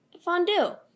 fondue